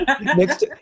Next